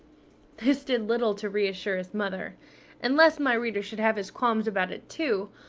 this did little to reassure his mother and lest my reader should have his qualms about it too,